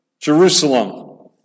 Jerusalem